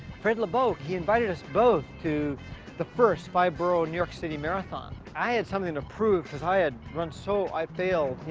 fred lebow, he invited us both to the first five-borough new york city marathon. i had something to prove, prove, cause i had run so i failed, you